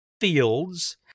fields